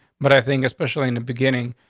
but i think especially in the beginning,